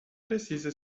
precisa